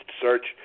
search